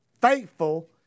faithful